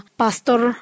pastor